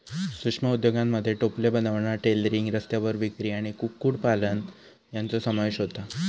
सूक्ष्म उद्योगांमध्ये टोपले बनवणा, टेलरिंग, रस्त्यावर विक्री आणि कुक्कुटपालन यांचो समावेश होता